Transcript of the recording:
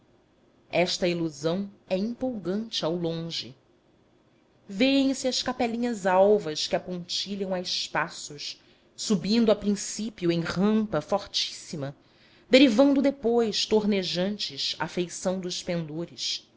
esta ilusão é empolgante ao longe vêem-se as capelinhas alvas que a pontilham a espaços subindo a princípio em rampa fortíssima derivando depois tornejantes à feição dos pendores